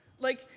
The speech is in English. like,